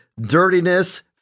dirtiness